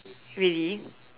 really